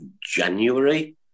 January